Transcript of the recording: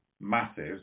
massive